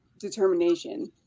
determination